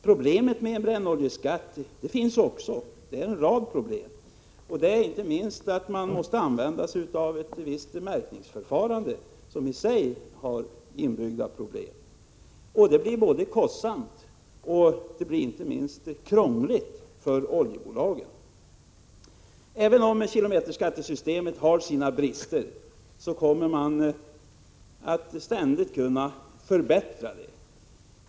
Det finns problem, en rad problem, också med en brännoljeskatt — inte minst det att man måste använda sig av ett visst märkningsförfarande, som i sig har inbyggda problem. Det blir kostsamt och krångligt för oljebolagen. Även om kilometerskattesystemet har sina brister så kommer man att ständigt kunna förbättra det.